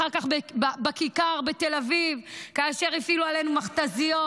אחר כך בכיכר בתל אביב כאשר הפעילו עלינו מכת"זיות,